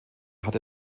hat